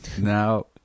Now